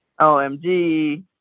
OMG